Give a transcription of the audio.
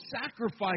sacrifice